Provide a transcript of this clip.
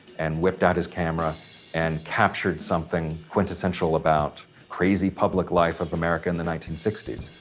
and whipped out his camera and captured something quintessential about crazy public life of america in the nineteen sixty s,